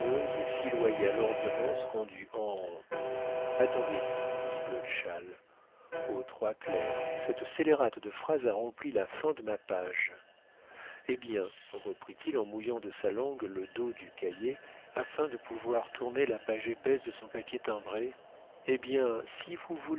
et si loyale ordonnance rendue en attendez dit godeschal aux trois clercs cette scélérate de phrase a rempli la fin de ma page eh bien reprit-il en mouillant de sa langue le dos du cahier afin de pouvoir tourner la page épaisse de son papier timbré eh bien si vous